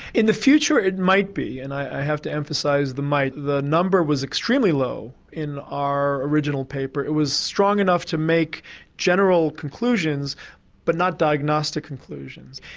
in the future in might be and i have to emphasise the might. the number was extremely low in our original paper it was strong enough to make general conclusions but not diagnostic conclusions.